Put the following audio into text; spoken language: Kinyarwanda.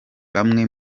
bamwe